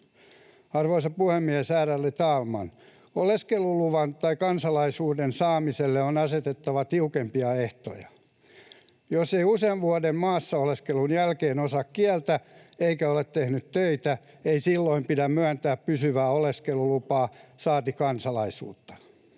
Arvoisa puhemies, ärade talman! Oleskeluluvan tai kansalaisuuden saamiselle on asetettava tiukempia ehtoja. Jos ei usean vuoden maassa oleskelun jälkeen osaa kieltä eikä ole tehnyt töitä, ei silloin pidä myöntää pysyvää oleskelulupaa saati kansalaisuutta.